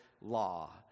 law